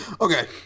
Okay